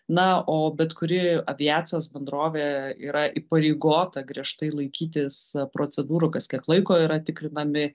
na o bet kuri aviacijos bendrovė yra įpareigota griežtai laikytis procedūrų kas kiek laiko yra tikrinami